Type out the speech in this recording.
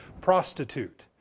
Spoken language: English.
prostitute